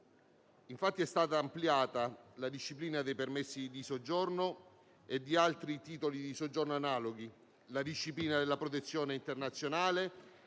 infatti, ampliata la disciplina dei permessi di soggiorno e di altri titoli di soggiorno analoghi, la disciplina della protezione internazionale,